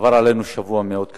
עבר עלינו שבוע מאוד קשה,